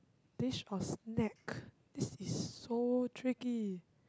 dish or snack this is so tricky